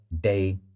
day